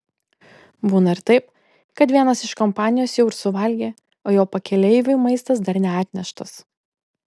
būna ir taip kad vienas iš kompanijos jau ir suvalgė o jo pakeleiviui maistas dar neatneštas